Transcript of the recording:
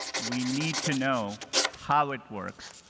we need to know how it works.